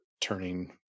turning